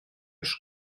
els